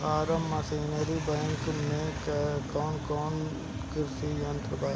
Form machinery bank में कौन कौन कृषि यंत्र बा?